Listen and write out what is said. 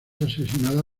asesinada